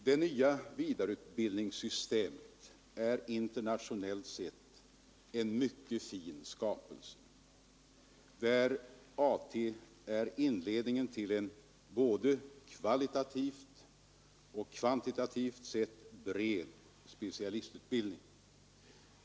Det nya vidareutbildningssystemet är internationellt sett en mycket fin skapelse, där AT är inledningen till en både kvalitativt och kvantitativt sett bred specialistutbildning.